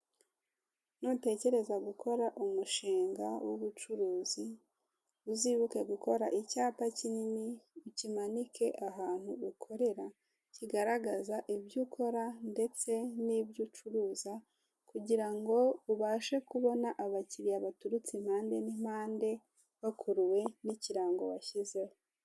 Nutekereza gukora umushinga w'ubucuruzi uzibuke gukora icyapa kinini ukimanike ahantu ukorera kigaragaza ibyo ukora ndetse nibyo ucuruza kugirango ubashe kubona abakiriya baturutse impande n'impande bakuruwe n'ikirango washyizeho.